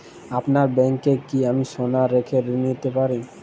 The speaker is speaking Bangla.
আপনার ব্যাংকে কি আমি সোনা রেখে ঋণ পেতে পারি?